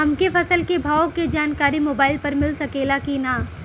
हमके फसल के भाव के जानकारी मोबाइल पर मिल सकेला की ना?